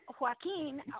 Joaquin